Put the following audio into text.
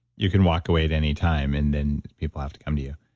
you can walk away at any time and then people have to come to you.